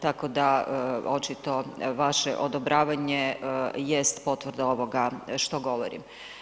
Tako da očito vaše odobravanje jest potvrda ovoga što govorim.